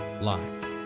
live